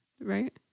right